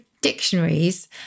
dictionaries